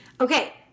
Okay